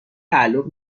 تعلق